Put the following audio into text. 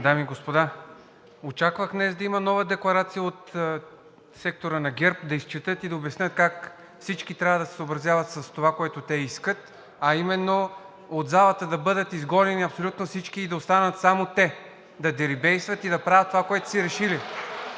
дами и господа! Очаквах днес да има нова декларация от сектора на ГЕРБ, да изчетат и да обяснят как всички трябва да се съобразят с това, което те искат, а именно от залата да бъдат изгонени абсолютно всички и да останат само те – да дерибействат и да правят това, което са си решили.